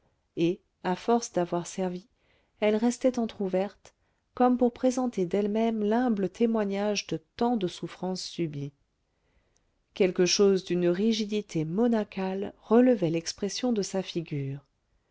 et à force d'avoir servi elles restaient entrouvertes comme pour présenter d'elles-mêmes l'humble témoignage de tant de souffrances subies quelque chose d'une rigidité monacale relevait l'expression de sa figure